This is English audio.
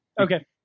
Okay